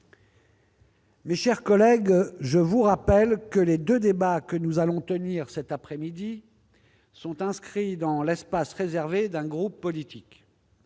Mes chers collègues, je vous rappelle que les deux premiers débats que nous allons tenir cet après-midi sont inscrits dans l'espace réservé d'un groupe politique.